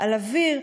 על אוויר,